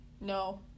No